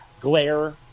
glare